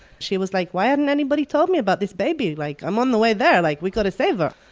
she was like, why hadn't anybody told me about this baby? like, i'm on the way there. like, we gotta save her!